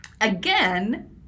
again